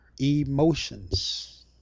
emotions